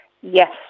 Yes